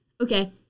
okay